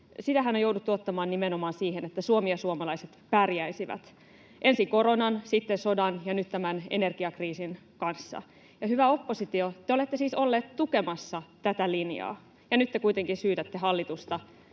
huoli — on jouduttu ottamaan nimenomaan siihen, että Suomi ja suomalaiset pärjäisivät, ensin koronan, sitten sodan ja nyt tämän energiakriisin kanssa. Hyvä oppositio, te olette siis olleet tukemassa tätä linjaa, ja nyt te kuitenkin syytätte hallitusta